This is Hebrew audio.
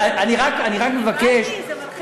זה מלחיץ,